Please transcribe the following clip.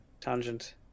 tangent